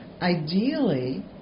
Ideally